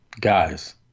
Guys